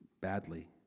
badly